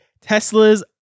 Tesla's